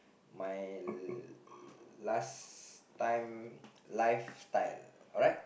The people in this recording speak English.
my last time lifetime alright